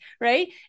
right